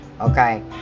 okay